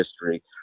history